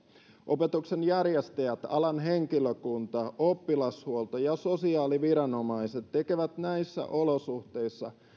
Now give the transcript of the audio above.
opetuksen järjestäjät alan henkilökunta oppilashuolto ja sosiaaliviranomaiset tekevät näissä olosuhteissa